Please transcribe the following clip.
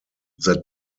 that